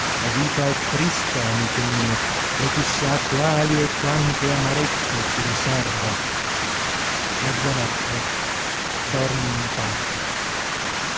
la vita è trista amico mio e chi sa quali e quante amarezze ci riserba mezzanotte dormi in pace